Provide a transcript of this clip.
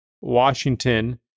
Washington